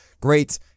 great